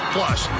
Plus